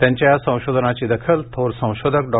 त्यांच्या या संशोधनाची दखल थोर संशोधक डॉ